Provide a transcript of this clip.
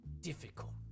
difficult